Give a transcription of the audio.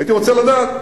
הייתי רוצה לדעת.